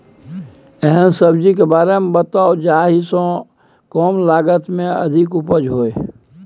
एहन सब्जी के बारे मे बताऊ जाहि सॅ कम लागत मे अधिक उपज होय?